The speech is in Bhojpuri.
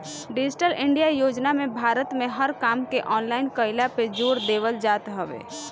डिजिटल इंडिया योजना में भारत में हर काम के ऑनलाइन कईला पे जोर देवल जात हवे